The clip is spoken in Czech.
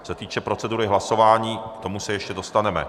Co se týče procedury hlasování, k tomu se ještě dostaneme.